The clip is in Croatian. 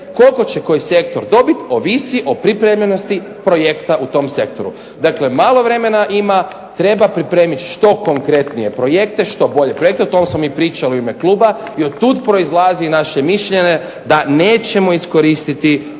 koliko će koji sektor dobiti ovisi o pripremljenosti projekta u tom sektoru. Dakle, malo vremena ima. Treba pripremiti što konkretnije projekte, što bolje projekte. O tom smo mi pričali u ime kluba i od tud proizlazi naše mišljenje da nećemo iskoristiti kompletno